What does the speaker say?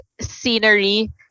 scenery